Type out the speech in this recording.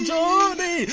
Johnny